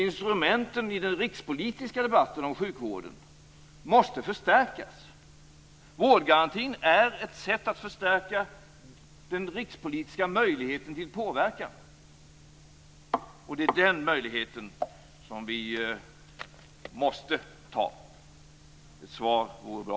Instrumenten i den rikspolitiska debatten om sjukvården måste förstärkas. Vårdgarantin är ett sätt att förstärka den rikspolitiska möjligheten till påverkan. Det är den möjligheten vi måste använda. Ett svar vore bra.